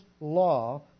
law